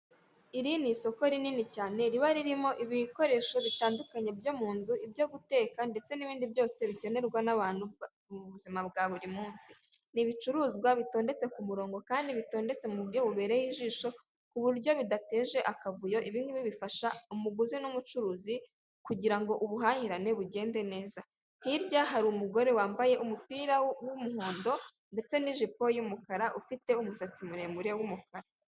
Iri ni soko rinini cyane riba ririmo ibikoresho bitandukanye byo mu nzu, ibyo guteka ndetse n'ibindi byose bikenerwa n'abantu mu buzima bwa buri munsi, ni ibicuruzwa bitondetse ku murongo kandi bitondetse mu buryo bubereye ijisho ku buryo bidateje akavuyo, ibintu bifasha umuguzi n'umucuruzi kugira ngo ubuhahirane bugende neza hirya hari umugore wambaye umupira w'umuhondo, ndetse n'ijipo y'umukara ufite umusatsi muremure w'umukara.